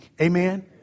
Amen